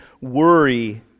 worry